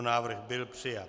Návrh byl přijat.